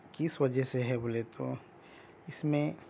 کس وجہ سے ہے بولے تو اس میں